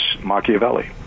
Machiavelli